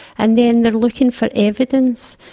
and then they are looking for evidence,